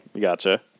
Gotcha